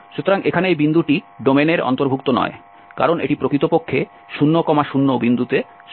সুতরাং এখানে এই বিন্দুটি ডোমেইনের অন্তর্ভুক্ত নয় কারণ এটি প্রকৃতপক্ষে 00 বিন্দুতে সংজ্ঞায়িত করা হয়নি